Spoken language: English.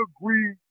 agree